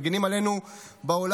מגינים עלינו בעולם.